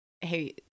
hey